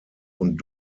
und